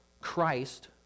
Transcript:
Christ